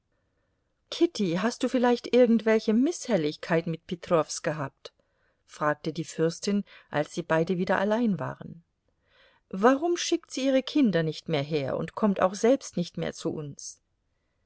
kitty hast du vielleicht irgendwelche mißhelligkeit mit petrows gehabt fragte die fürstin als sie beide wieder allein waren warum schickt sie ihre kinder nicht mehr her und kommt auch selbst nicht mehr zu uns